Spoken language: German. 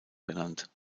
genannt